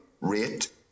rate